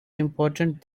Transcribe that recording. important